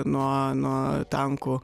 nuo nuo tankų